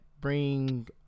bring